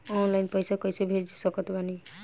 Online पैसा कैसे भेज सकत बानी?